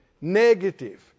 Negative